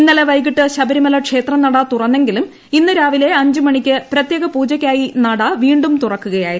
ഇന്നലെ വൈകിട്ട് ശബരിമല ക്ഷേത്രനട തുറന്നെങ്കിലും ഇന്ന് രാവിലെ അഞ്ച് മണിക്ക് പ്രത്യേക പൂജയ്ക്കായി നട വീണ്ടും തുറക്കുകയായിരുന്നു